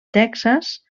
texas